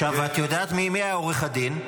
את יודעת מי עורך הדין?